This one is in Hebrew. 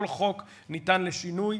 כל חוק ניתן לשינוי,